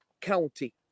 county